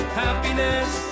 happiness